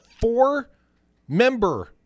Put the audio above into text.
four-member